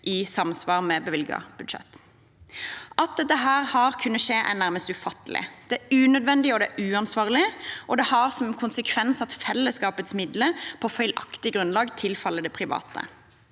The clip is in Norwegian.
i samsvar med bevilget budsjett. At dette har kunnet skje, er nærmest ufattelig. Det er unødvendig, det er uansvarlig, og det har som konsekvens at fellesskapets midler på feilaktig grunnlag tilfaller det private.